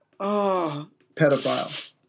Pedophile